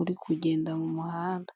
uri kugenda mu muhanda.